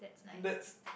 and that's